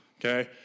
Okay